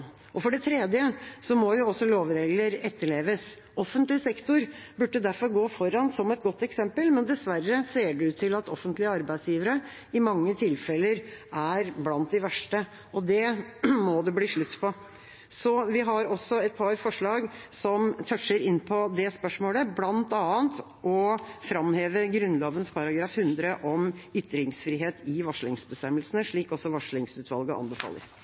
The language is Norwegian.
For det tredje må lovregler etterleves. Offentlig sektor burde derfor gå foran med et godt eksempel, men det ser dessverre ut til at offentlige arbeidsgivere i mange tilfeller er blant de verste. Det må det bli slutt på. Vi har også et par forslag som tøtsjer det spørsmålet, bl.a. å framheve Grunnloven § 100 om ytringsfrihet i varslingsbestemmelsene, slik også varslingsutvalget anbefaler.